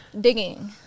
digging